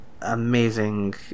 amazing